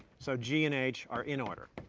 so g and h are in order.